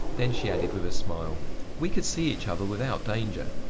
then she added with a smile we could see each other without danger.